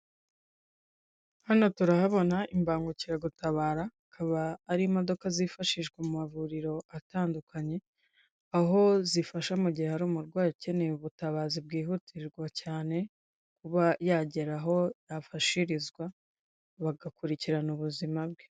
Hano turahabona imbangukiragutabara, akaba ari imodoka zifashishwa mu mavuriro atandukanye, aho zifasha mu gihe hari umurwayi ukeneye ubutabazi bwihutirwa cyane, kuba yagera aho yafashirizwa, bagakurikirana ubuzima bwe.